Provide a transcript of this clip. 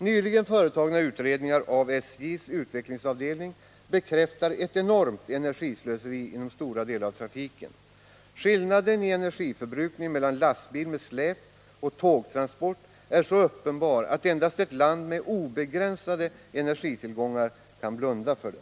Nyligen företagna utredningar av SJ:s utvecklingsavdelning bekräftar ett enormt energislöseri inom stora delar av trafiken. Skillnaden i energiförbrukning mellan transport med lastbil med släp och tågtransport är så uppenbar att endast ett land med obegränsade energitillgångar kan blunda för den.